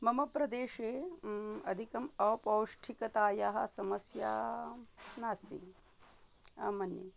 मम प्रदेशे अधिकम् अपौष्टिकतायाः समस्या नास्ति अहं मन्ये